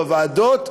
בוועדות,